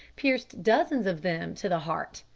pierced dozens of them to the heart.